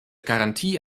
garantie